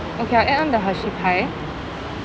okay I'll add on the hershey pie